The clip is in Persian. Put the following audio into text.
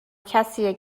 کسیه